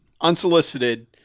unsolicited